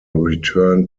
return